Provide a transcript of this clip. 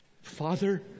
Father